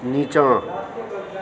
नीचाँ